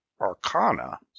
Arcana